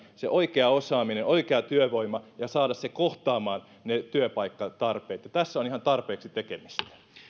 se oikea osaaminen oikea työvoima ja saada se kohtaamaan ne työpaikkatarpeet ja tässä on ihan tarpeeksi tekemistä